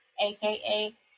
aka